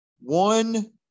one